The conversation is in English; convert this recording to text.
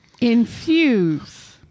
Infuse